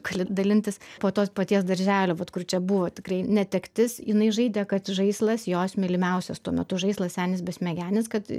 galiu dalintis po to paties darželio vat kur čia buvo tikrai netektis jinai žaidė kad žaislas jos mylimiausias tuo metu žaislas senis besmegenis kad